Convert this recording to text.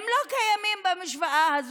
הן לא קיימות במשוואה הזאת.